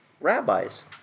rabbis